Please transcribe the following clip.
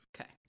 Okay